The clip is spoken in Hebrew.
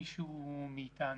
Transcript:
במישהו מאתנו?